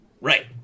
Right